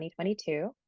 2022